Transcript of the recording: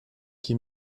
qui